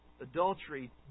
adultery